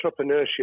entrepreneurship